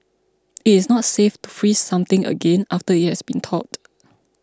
it is not safe to freeze something again after it has thawed